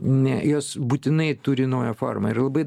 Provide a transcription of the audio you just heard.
ne jos būtinai turi naują formą ir labai